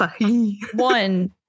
One